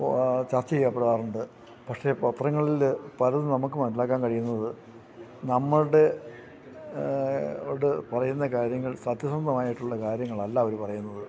ചർച്ച ചെയ്യാപ്പടാറുണ്ട് പക്ഷെ പത്രങ്ങളില് പലതും നമുക്കു മനസ്സിലാക്കാൻ കഴിയുന്നത് നമ്മളോടു പറയുന്ന കാര്യങ്ങൾ സത്യസന്ധമായിട്ടുള്ള കാര്യങ്ങളല്ല അവര് പറയുന്നത്